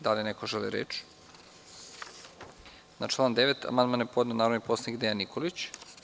Da li neko želi reč? (Ne) Na član 9. amandman je podneo narodni poslanik Dejan Nikolić.